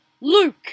Luke